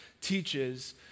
teaches